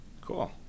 Cool